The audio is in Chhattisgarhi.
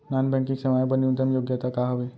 नॉन बैंकिंग सेवाएं बर न्यूनतम योग्यता का हावे?